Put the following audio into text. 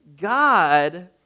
God